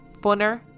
Funner